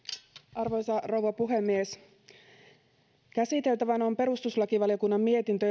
arvoisa rouva puhemies käsiteltävänä on perustuslakivaliokunnan mietintö